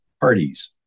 parties